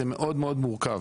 זה מאוד מאוד מורכב.